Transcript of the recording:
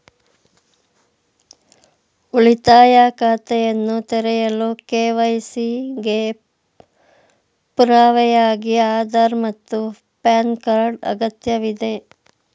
ಉಳಿತಾಯ ಖಾತೆಯನ್ನು ತೆರೆಯಲು ಕೆ.ವೈ.ಸಿ ಗೆ ಪುರಾವೆಯಾಗಿ ಆಧಾರ್ ಮತ್ತು ಪ್ಯಾನ್ ಕಾರ್ಡ್ ಅಗತ್ಯವಿದೆ